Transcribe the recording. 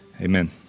Amen